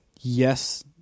yes